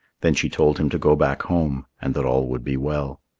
then she told him to go back home and that all would be well.